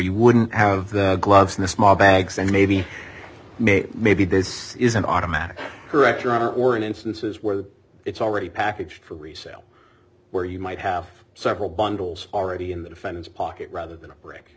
you wouldn't have the gloves and the small bags and maybe maybe maybe this is an automatic corrector or in instances where it's already packaged for resale where you might have several bundles already in the defendant's pocket rather than a brick